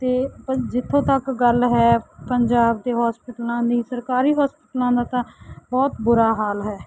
ਅਤੇ ਜਿੱਥੋਂ ਤੱਕ ਗੱਲ ਹੈ ਪੰਜਾਬ ਦੇ ਹੋਸਪਿਟਲਾਂ ਦੀ ਸਰਕਾਰੀ ਹੋਸਪਿਟਲਾਂ ਦਾ ਤਾਂ ਬਹੁਤ ਬੁਰਾ ਹਾਲ ਹੈ